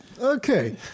Okay